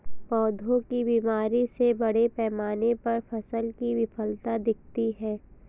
पौधों की बीमारी से बड़े पैमाने पर फसल की विफलता दिखती है